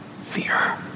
fear